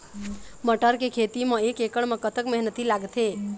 मटर के खेती म एक एकड़ म कतक मेहनती लागथे?